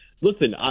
listen